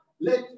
let